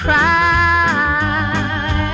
Cry